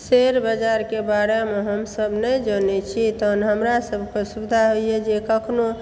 share बाजारके बारेमे हमसब नहि जनै छी तहन हमरा सभके सुविधा होइया जे कखनो